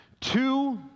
Two